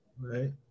right